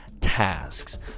tasks